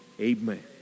Amen